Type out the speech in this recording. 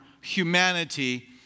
humanity